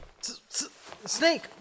Snake